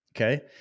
okay